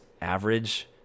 average